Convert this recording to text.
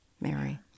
Mary